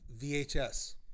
VHS